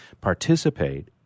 participate